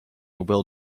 will